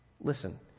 Listen